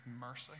mercy